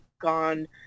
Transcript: gone